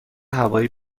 هوایی